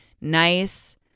nice